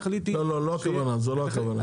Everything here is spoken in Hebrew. לא לא זה לה הכוונה, זו לא הכוונה.